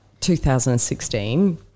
2016